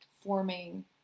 forming